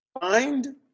Find